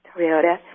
Toyota